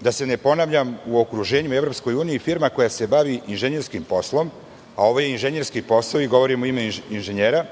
da se ne ponavljam, u okruženju i u EU, firma koja se bavi inženjerskim poslom, a ovo je inženjerski posao i govorim u ime inženjera,